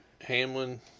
Hamlin